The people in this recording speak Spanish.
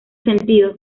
sentido